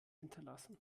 hinterlassen